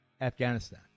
afghanistan